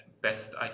best